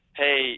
hey